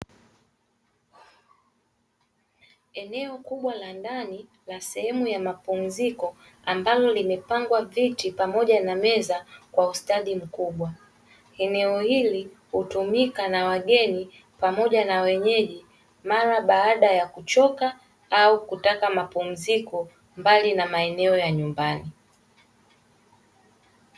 Eneo kubwa la ndani la sehemu ya mapumziko ambalo limepangwa viti pamoja na meza kwa ustadi mkubwa. Eneo hili hutumika na wageni pamoja na wenyeji mara baada ya kuchoka na kutaka mapumziko mbali na nyumbani.